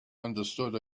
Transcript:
understood